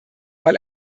weil